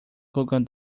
google